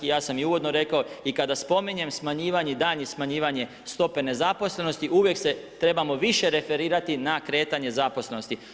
I ja sam i uvodno rekao i kada spominjem smanjivanje i daljnje smanjivanje stope nezaposlenosti uvijek se trebamo više referirati na kretanje zaposlenosti.